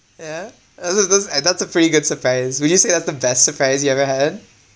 yeah uh those those uh that's a pretty good surprise would you say that the best surprise you ever had